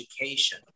education